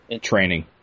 training